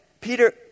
Peter